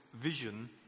vision